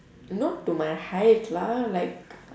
not to my height lah like